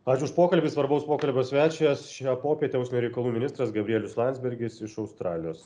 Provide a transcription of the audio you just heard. ačiū už pokalbį svarbaus pokalbio svečias šią popietę užsienio reikalų ministras gabrielius landsbergis iš australijos